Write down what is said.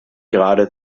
gerade